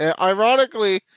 Ironically